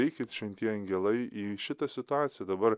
eikit šventieji angelai į šitą situaciją dabar